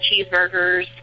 cheeseburgers